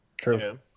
True